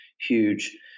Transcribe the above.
huge